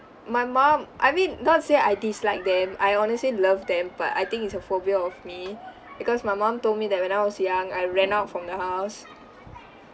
my mum I mean not say I dislike them I honestly love them but I think it's a phobia of me because my mum told me that when I was young I ran out from the house